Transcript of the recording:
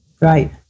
Right